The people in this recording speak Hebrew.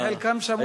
חלקם שמעו את,